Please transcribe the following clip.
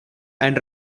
and